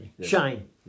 Shane